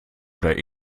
oder